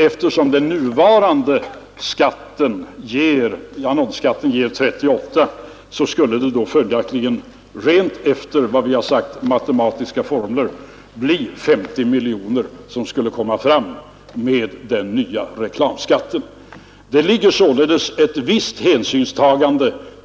Eftersom den nuvarande annonsskatten ger 38 miljoner, skulle det följaktligen rent matematiskt bli 50 miljoner med den nya reklamskatten. I propositionen har vi alltså tagit en viss hänsyn